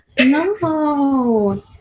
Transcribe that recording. No